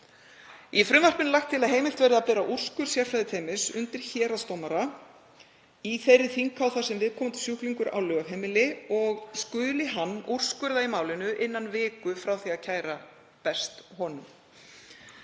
Í frumvarpinu er lagt til að heimilt verði að bera úrskurð sérfræðiteymis undir héraðsdómara í þeirri þinghá þar sem viðkomandi sjúklingur á lögheimili og skuli hann úrskurða í málinu innan viku frá því að kæra berst honum.